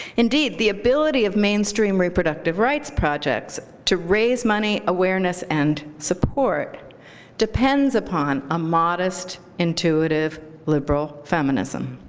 indeed, the ability of mainstream reproductive rights projects to raise money, awareness, and support depends upon a modest, intuitive, liberal feminism,